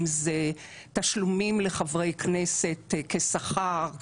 אם אלה תשלומים לחברי כנסת כשכר,